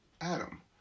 Adam